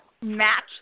match